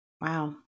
Wow